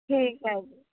ਠੀਕ ਹੈ